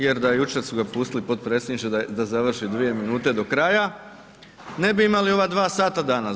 Jer da jučer su ga pustili potpredsjedniče da završi 2 minute do kraja, ne bi imali ova 2 sata danas.